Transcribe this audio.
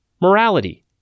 morality